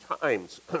times